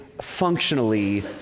functionally